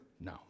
No